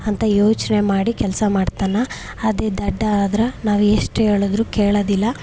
ಅಂತ ಯೋಚನೆ ಮಾಡಿ ಕೆಲಸ ಮಾಡ್ತಾನ ಅದೇ ದಡ್ಡ ಆದ್ರೆ ನಾವು ಎಷ್ಟು ಹೇಳಿದ್ರೂ ಕೇಳೋದಿಲ್ಲ